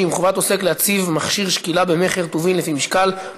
50) (חובת עוסק להציב מכשיר שקילה במכר טובין לפי משקל),